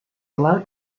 allowed